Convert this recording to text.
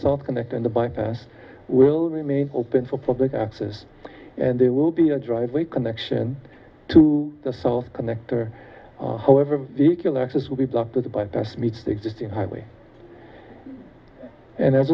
are connecting the bypass will remain open for public access and there will be a driveway connection to the south connector however vehicle access will be blocked or the bypass meets the existing highway and